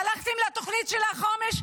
הלכתם לתוכנית של החומש,